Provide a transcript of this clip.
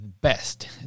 best